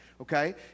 okay